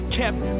kept